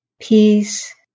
Peace